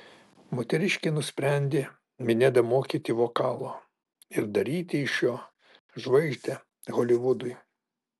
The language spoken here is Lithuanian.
moteriškė nusprendė minedą mokyti vokalo ir daryti iš jo žvaigždę holivudui